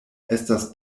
estas